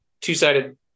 two-sided